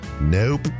Nope